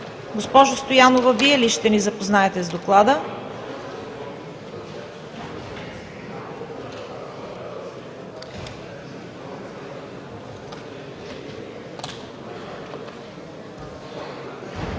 Госпожо Стоянова, Вие ли ще ни запознаете с Доклада?